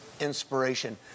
inspiration